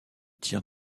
tirs